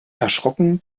erschrocken